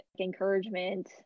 encouragement